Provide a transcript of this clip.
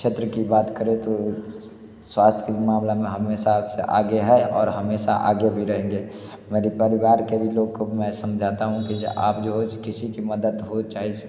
क्षेत्र की बात करे तो स्वास्थ्य के मामले में हमेशा से आगे है और हमेशा आगे भी रहेंगे मेरे परिवार के भी लोग को मैं समझाता हूँ कि जो आप जो है किसी की मदद हो चाहे